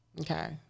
Okay